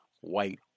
white